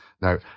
Now